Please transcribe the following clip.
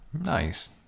Nice